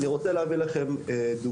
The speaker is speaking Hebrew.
אני רוצה להביא לכם דוגמא.